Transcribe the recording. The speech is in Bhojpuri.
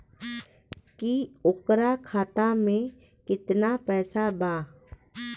की ओकरा खाता मे कितना पैसा बा?